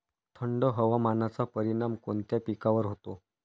थंड हवामानाचा परिणाम कोणत्या पिकावर होतो?